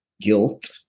guilt